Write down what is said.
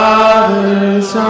Father's